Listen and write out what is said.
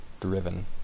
driven